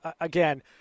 Again